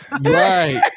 Right